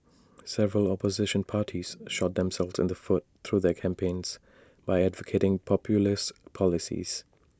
several opposition parties shot themselves in the foot through their campaigns by advocating populist policies